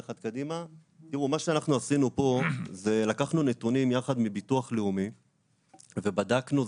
לקחנו נתונים יחד מביטוח לאומי ובדקנו.